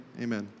amen